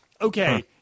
okay